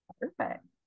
perfect